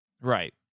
Right